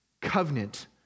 covenant